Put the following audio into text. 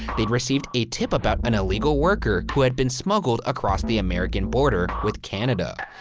they'd received a tip about an illegal worker who had been smuggled across the american border with canada.